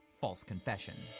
false confession.